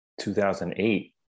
2008